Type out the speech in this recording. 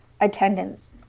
attendance